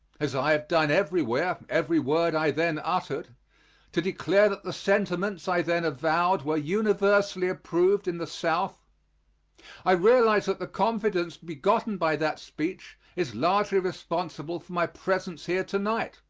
as i have done everywhere, every word i then uttered to declare that the sentiments i then avowed were universally approved in the south i realize that the confidence begotten by that speech is largely responsible for my presence here to-night.